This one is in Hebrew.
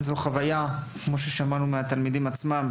זו חוויה כמו ששמענו מהתלמידים עצמם